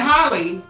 Holly